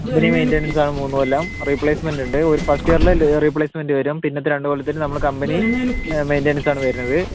company maintenance ആണ് മൂന്നുകൊല്ലം replacement ഉണ്ട് ഒരു ഫസ്റ്റ് ഇയറിൽ റീപ്ലേസ്മെൻ്റ് വരും പിന്നത്തെ രണ്ടു കൊല്ലത്തിന് നമ്മുടെ കമ്പനി മെയിൻ്റനൻസ് ആണ് വരന്നത്